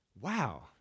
Wow